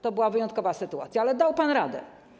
To była wyjątkowa sytuacja, ale dał pan radę.